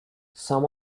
some